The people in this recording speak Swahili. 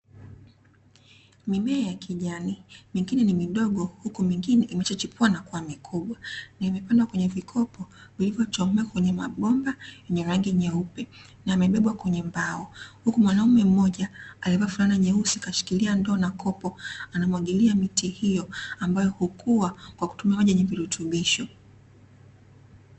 Mimea ya kijani mingine ni midogo huku mingine imeshachipua na kuwa mikubwa, imepandwa kwenye vikopo vilivyochomekwa kwenye mabomba yenye rangi nyeupe na yamebebwa kwenye mbao, huku mwanaume mmoja aliyevaa fulana nyeusi kashikilia ndoo na kopo anamwagilia miti hiyo ambayo hukua kwa kutumia maji yenye virutubisho.